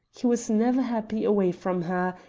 he was never happy away from her,